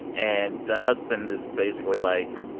and the husband is basically, like,